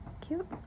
Cute